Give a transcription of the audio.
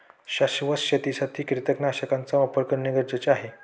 शाश्वत शेतीसाठी कीटकनाशकांचा वापर करणे गरजेचे आहे